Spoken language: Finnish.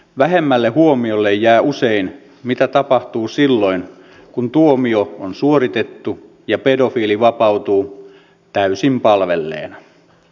vähemmälle huomiolle jää usein mitä tapahtuu silloin kun tuomio on suoritettu ja pedofiili vapautuu täysin palvelleena